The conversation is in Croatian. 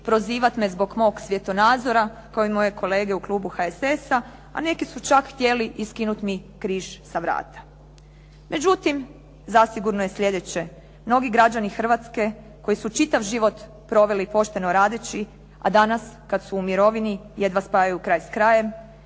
prozivati me zbog mog svjetonazora kao i moje kolege u klubu HSS-a, a neki su čak htjeli i skinuti mi križ sa vrata. Međutim, zasigurno je sljedeće, mnogi građani Hrvatske koji su čitav život proveli pošteno radeći a danas kada su mirovini jedva spajaju kraj sa krajem,